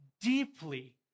deeply